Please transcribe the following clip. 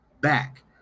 back